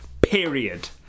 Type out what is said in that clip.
period